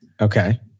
okay